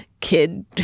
kid